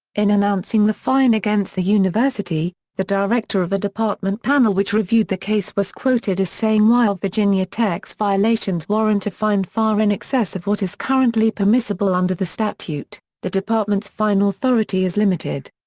in announcing the fine against the university, the director of a department panel which reviewed the case was quoted as saying while virginia tech's violations warrant a fine far in excess of what is currently permissible under the statute, the department's fine authority is limited.